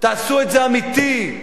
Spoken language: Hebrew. תעשו את זה אמיתי,